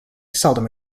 seldom